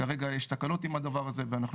כרגע יש תקלות עם הדבר הזה ואנחנו